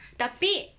tapi